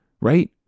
Right